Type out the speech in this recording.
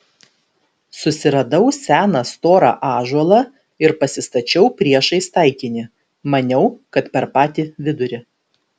susiradau seną storą ąžuolą ir pasistačiau priešais taikinį maniau kad per patį vidurį